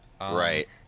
Right